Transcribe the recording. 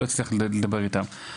לא הצליח לדבר איתם.